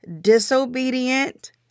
Disobedient